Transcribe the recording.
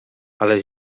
ale